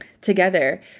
together